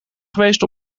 geweest